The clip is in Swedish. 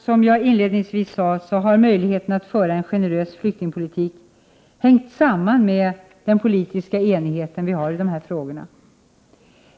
Som jag inledningsvis sade har möjligheten att föra en generös flyktingpolitik i Sverige hängt samman med den politiska enighet vi har i dessa frågor.